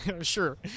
Sure